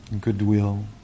goodwill